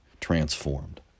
transformed